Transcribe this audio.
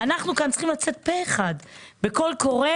אנחנו צריכים לצאת מכאן פה אחד בקול קורא,